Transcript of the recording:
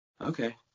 Okay